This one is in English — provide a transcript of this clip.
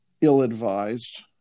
ill-advised